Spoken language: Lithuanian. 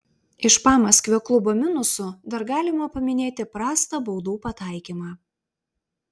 iš pamaskvio klubo minusų dar galima paminėti prastą baudų pataikymą